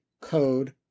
code